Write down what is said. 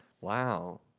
Wow